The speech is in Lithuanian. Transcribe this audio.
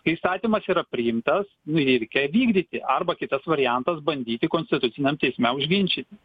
kai įstatymas yra priimtas nu reikia vykdyti arba kitas variantas bandyti konstituciniam teisme užginčyti